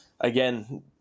again